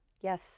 Yes